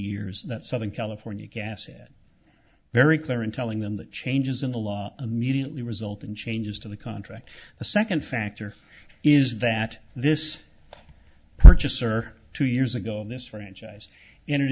years that southern california gas at very clear in telling them that changes in the law immediately result in changes to the contract the second factor is that this purchaser two years ago in this franchise entered